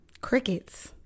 crickets